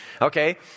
Okay